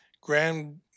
Grand